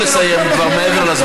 תנו לו לסיים, הוא כבר מעבר לזמן